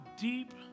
deep